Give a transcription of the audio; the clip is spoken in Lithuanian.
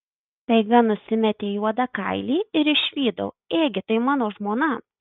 staiga nusimetė juodą kailį ir išvydau ėgi tai mano žmona